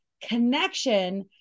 connection